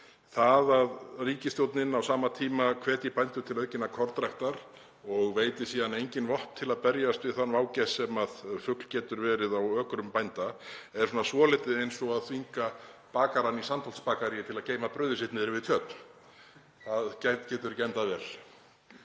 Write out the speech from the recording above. Það að ríkisstjórnin sé á sama tíma að hvetja bændur til aukinna kornræktar og veiti síðan engin vopn til að berjast við þann vágest sem fugl getur verið á ökrum bænda er svolítið eins og að þvinga bakarann í Sandholtsbakaríi til að geyma brauðið sitt niður við tjörn. Það getur ekki endað vel.